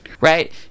right